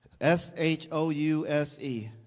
S-H-O-U-S-E